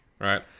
right